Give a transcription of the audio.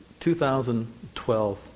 2012